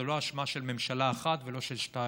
זו לא אשמה של ממשלה אחת ולא של שתיים,